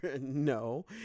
no